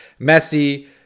Messi